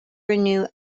renew